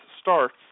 starts